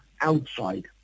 outside